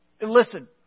listen